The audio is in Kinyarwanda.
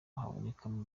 habonekamo